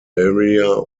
area